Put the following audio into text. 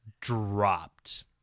dropped